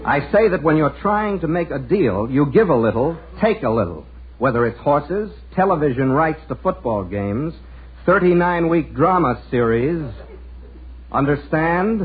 i say that when you're trying to make a deal you'll give a little take a little whether it's watches television rights the football games thirty nine week drama series as i understand